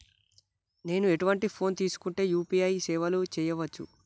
నేను ఎటువంటి ఫోన్ తీసుకుంటే యూ.పీ.ఐ సేవలు చేయవచ్చు?